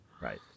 Right